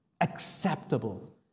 acceptable